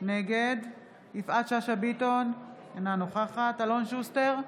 נגד יפעת שאשא ביטון, אינה נוכחת אלון שוסטר,